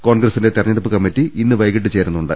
കോൺഗ്രസിന്റെ തിരഞ്ഞെടുപ്പ് കമ്മിറ്റി ഇന്ന് വൈകീട്ട് ചേരുന്നുണ്ട്